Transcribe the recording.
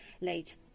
late